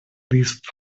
these